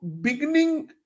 beginning